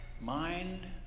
mind